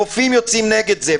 רופאים יוצאים נגד זה.